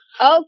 Okay